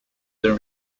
then